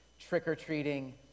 trick-or-treating